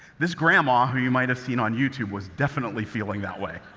this grandma, who you might have seen on youtube, was definitely feeling that way.